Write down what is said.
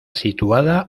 situada